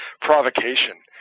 provocation